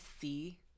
see